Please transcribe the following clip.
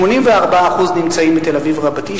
84% נמצאים בתל-אביב רבתי,